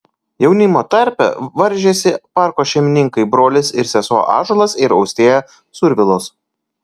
jaunimo tarpe varžėsi parko šeimininkai brolis ir sesuo ąžuolas ir austėja survilos